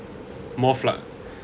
more fluctuating